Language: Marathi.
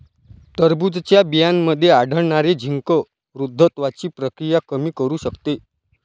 टरबूजच्या बियांमध्ये आढळणारे झिंक वृद्धत्वाची प्रक्रिया कमी करू शकते